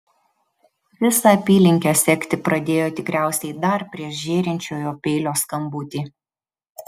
visą apylinkę sekti pradėjo tikriausiai dar prieš žėrinčiojo peilio skambutį